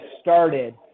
started